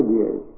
years